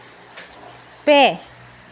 ᱯᱮ